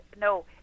no